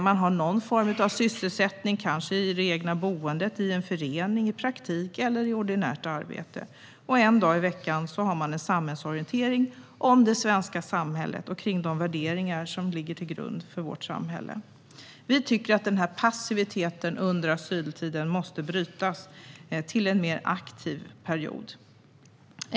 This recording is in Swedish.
Man har någon form av sysselsättning, kanske i det egna boendet, i en förening, i praktik eller i ordinarie arbete. En dag i veckan deltar man i samhällsorientering om det svenska samhället och de värderingar som ligger till grund för vårt samhälle. Vi tycker att passiviteten under asyltiden måste brytas till en mer aktiv period.